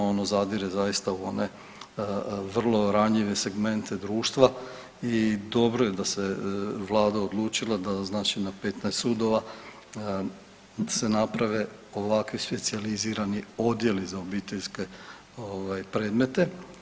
Ono zadire zaista u one vrlo ranjive segmente društva i dobro je da se Vlada odlučila da znači na petnaest sudova se naprave ovakvi specijalizirani odjeli za obiteljske predmete.